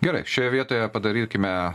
gerai šioje vietoje padarykime